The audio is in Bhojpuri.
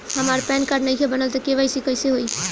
हमार पैन कार्ड नईखे बनल त के.वाइ.सी कइसे होई?